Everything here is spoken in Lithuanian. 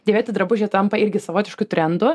dėvėti drabužiai tampa irgi savotišku trendu